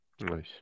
Nice